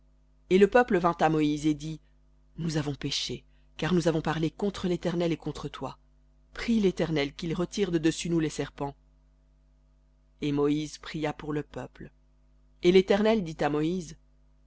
et le peuple vint à moïse et dit nous avons péché car nous avons parlé contre l'éternel et contre toi prie l'éternel qu'il retire de dessus nous les serpents et moïse pria pour le peuple et l'éternel dit à moïse